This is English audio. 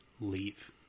leave